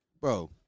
bro